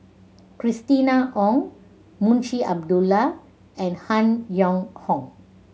Christina Ong Munshi Abdullah and Han Yong Hong